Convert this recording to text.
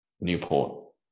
Newport